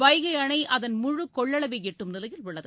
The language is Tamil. வைகை அணை அதன் முழுக் கொள்ளளவை எட்டும் நிலையில் உள்ளது